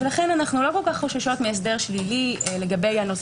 לכן אנו לא כל כך חוששות מהסדר שלילי לגבי הנושא